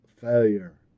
failure